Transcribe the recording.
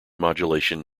modulation